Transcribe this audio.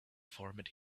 formed